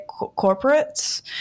corporates